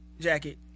jacket